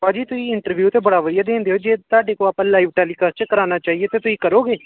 ਭਾਅ ਜੀ ਤੁਸੀਂ ਇੰਟਰਵਿਊ ਤਾਂ ਬੜਾ ਵਧੀਆ ਦੇਣਡੇ ਹੋ ਜੇ ਤੁਹਾਡੇ ਕੋਲ ਆਪਾਂ ਲਾਈਵ ਟੈਲੀਕਾਸਟ 'ਚ ਕਰਾਉਣਾ ਚਾਹੀਏ ਤਾਂ ਤੁਸੀਂ ਕਰੋਂਗੇ